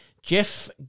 Jeff